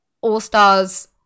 All-Stars